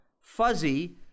fuzzy